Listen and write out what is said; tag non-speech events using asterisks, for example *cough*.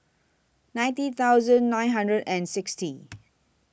ninety thousand nine hundred and sixty *noise*